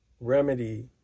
remedy